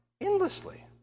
endlessly